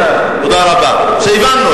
זה הפגנה, הבנו,